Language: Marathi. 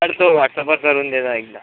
सर तो व्हॉटस्अपवर करून दे एकदा